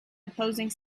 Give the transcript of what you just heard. opposing